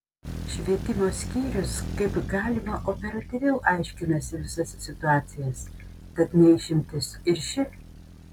švietimo skyrius kaip galima operatyviau aiškinasi visas situacijas tad ne išimtis ir ši